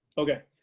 okay,